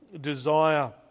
desire